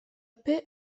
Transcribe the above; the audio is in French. paix